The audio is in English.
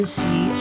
see